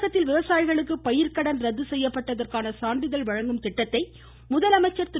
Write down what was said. தமிழகத்தில் விவசாயிகளுக்கு பயிர்கடன் ரத்து செய்யப்பட்டதற்கான சான்றிதழ் வழங்கும் திட்டத்தை முதலமைச்சர் திரு